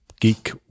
geek